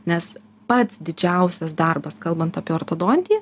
nes pats didžiausias darbas kalbant apie ortodontiją